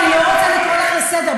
אני לא רוצה לקרוא אותך לסדר,